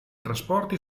trasporti